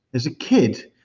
as a kid,